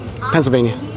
Pennsylvania